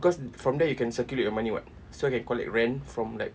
cause from there you can circulate your money [what] so you can collect rent from like